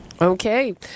Okay